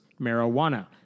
marijuana